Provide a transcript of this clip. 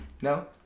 No